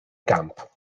gamp